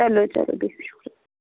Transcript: چلو چلو بِہِو